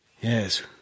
Yes